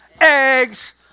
Eggs